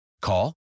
Call